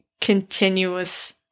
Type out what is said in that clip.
continuous